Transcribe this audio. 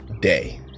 day